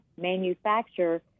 manufacture